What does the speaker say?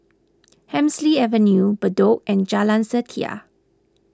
Hemsley Avenue Bedok and Jalan Setia